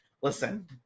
listen